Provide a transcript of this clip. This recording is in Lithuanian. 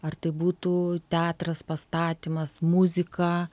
ar tai būtų teatras pastatymas muzika